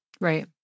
Right